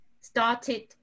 started